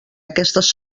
aquestes